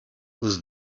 whose